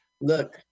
look